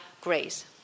grace